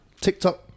TikTok